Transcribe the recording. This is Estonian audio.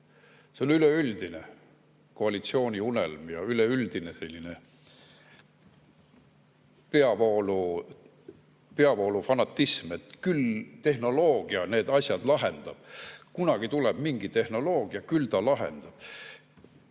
See on üleüldine koalitsiooni unelm ja üleüldine selline peavoolu fanatism, et küll tehnoloogia need asjad lahendab. Kunagi tuleb mingi tehnoloogia, küll see lahendab!